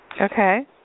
Okay